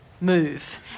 Move